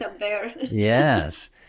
yes